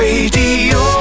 Radio